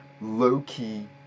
low-key